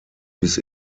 bis